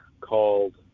called